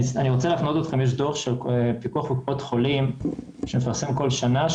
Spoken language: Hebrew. אני רוצה להפנות אתכם לדוח של פיקוח על קופות החולים שמתפרסם בכל שנה,